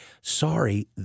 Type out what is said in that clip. Sorry